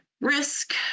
risk